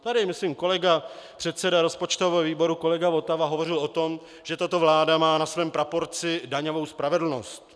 Tady, myslím, předseda rozpočtového výboru kolega Votava hovořil o tom, že tato vláda má na svém praporci daňovou spravedlnost.